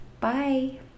Bye